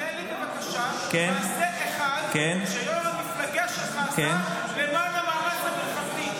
תמנה לי בבקשה הישג אחד שיו"ר המפלגה שלך עשה למען המאמץ המפלגתי.